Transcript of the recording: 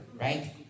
right